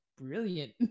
brilliant